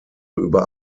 über